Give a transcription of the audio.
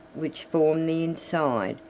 which formed the inside,